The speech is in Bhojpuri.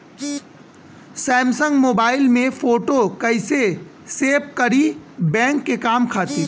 सैमसंग मोबाइल में फोटो कैसे सेभ करीं बैंक के काम खातिर?